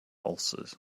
ulcers